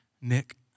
Nick